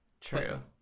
True